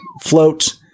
float